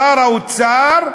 שר האוצר,